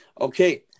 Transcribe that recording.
Okay